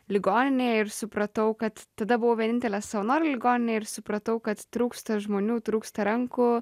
ligoninėj ir supratau kad tada buvau vienintelė savanorė ligoninėj ir supratau kad trūksta žmonių trūksta rankų